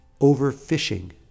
Overfishing